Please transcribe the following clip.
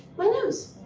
my nose.